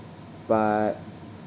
but